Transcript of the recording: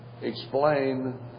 explain